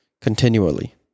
continually